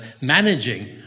managing